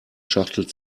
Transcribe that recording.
schachtel